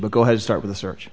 but go ahead start with a search